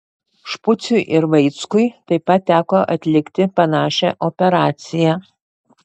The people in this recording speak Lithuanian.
špuciui ir vaickui taip pat teko atlikti panašią operaciją